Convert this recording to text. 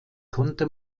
konnte